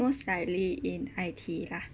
most likely in I_T lah